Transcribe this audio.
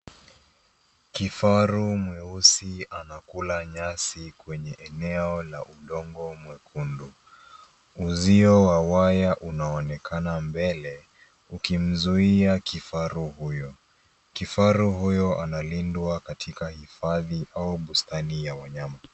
Kifaru mweusi anakula nyasi kwenye eneo la udongo mwekundu. Uzio wa waya unaonekana mbele, ukimzuia kifaru huyu. Kifaru huyu analindwa katika hifadhi au bustani ya wanyama.